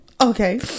Okay